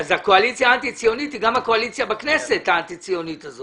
אז הקואליציה האנטי ציונית היא גם הקואליציה האנטי ציונית בכנסת.